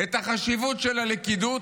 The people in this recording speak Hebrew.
את החשיבות של הלכידות,